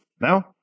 now